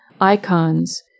Icons